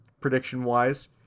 prediction-wise